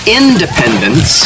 independence